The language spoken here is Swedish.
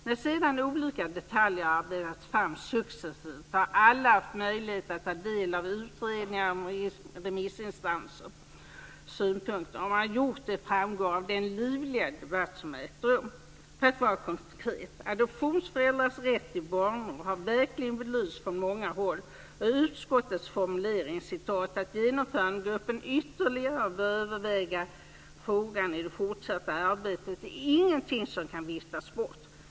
När sedan olika detaljer har arbetats fram successivt har alla haft möjlighet att ta del av utredningar och remissinstansernas synpunkter - och att man har gjort detta framgår av den livliga debatt som har ägt rum. För att vara konkret: Adoptionsföräldrars rätt till barnår har verkligen belysts från många håll. Utskottets formulering, att Genomförandegruppen ytterligare överväger frågan i det fortsatta arbetet, är ingenting som kan viftas bort.